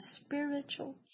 spiritual